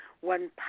one